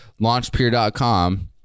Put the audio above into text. launchpeer.com